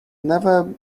never